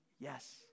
Yes